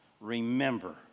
Remember